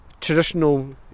traditional